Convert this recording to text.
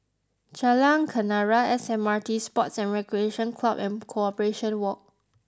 Jalan Kenarah S M R T Sports and Recreation Club and Corporation Walk